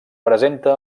presenta